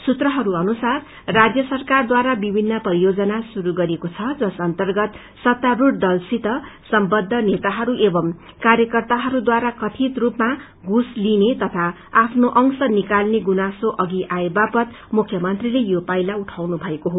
सूत्रहरू अनुसार राज्य सरकारद्वारा विभिन्न परियोजना शुरू गरिएको छ जस अर्न्तगत सत्तारूढ़ दलसित सम्बद्ध नेताहरू एंव अर्थकर्ताहरूद्वारा कथित रूपमा घूसँ लिइने तथा आफ्नो अंश निकाल्ने गुनासो अघि आएवापत मुख्यमन्त्रीले यो पाइला उठाउनुभएको हो